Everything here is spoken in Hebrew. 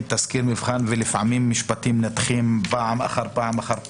תסקיר מבחן ולפעמים משפטים נדחים פעם אחר פעם אחר פעם.